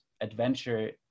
adventure